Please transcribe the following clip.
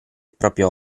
proprio